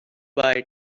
bye